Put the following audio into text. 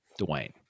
Dwayne